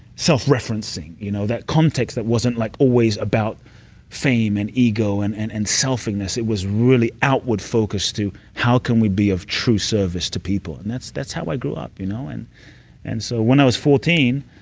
self-referencing, you know that context that wasn't like always about fame and ego and and and selfishness. it was really outwardfocused to, how can we be of true service to people? and that's that's how i grew up you know and and so when i was fourteen,